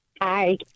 Hi